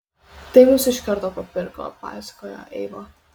tai mus iš karto papirko pasakojo eiva